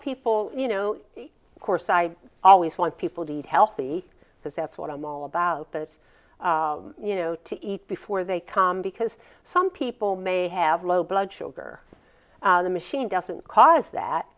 people you know of course i always want people to eat healthy because that's what i'm all about that you know to eat before they come because some people may have low blood sugar the machine doesn't cause that